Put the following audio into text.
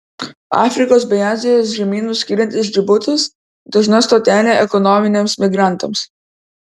afrikos bei azijos žemynus skiriantis džibutis dažna stotelė ekonominiams migrantams